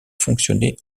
fonctionner